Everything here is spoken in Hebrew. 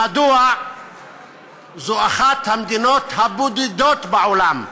מדוע זאת אחת המדינות הבודדות בעולם?